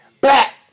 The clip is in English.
Back